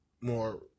more